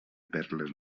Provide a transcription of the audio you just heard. perles